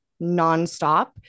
nonstop